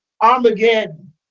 Armageddon